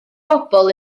bobl